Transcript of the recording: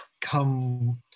come